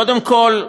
קודם כול,